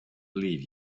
leave